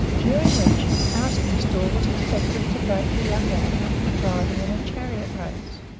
during which arstingstall was expected to break the young elephant for driving in a chariot race.